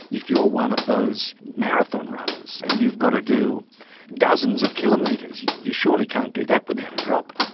if you're one of those marathon runners and you've got to do dozens of kilometres. you surely can't do that without a drop?